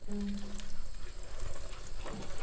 उम